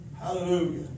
Hallelujah